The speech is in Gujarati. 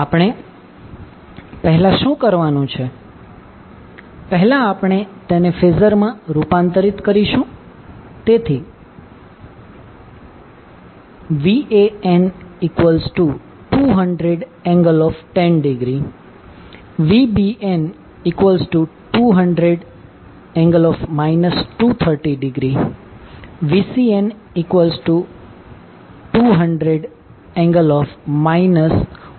આપણે પહેલા શું કરવાનું છે પહેલા આપણે તેને ફેઝરમાં રૂપાંતરિત કરીશું તેથી Van200∠10° Vbn200∠ 230° Vcn200∠ 110°